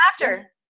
laughter